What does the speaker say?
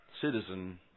citizen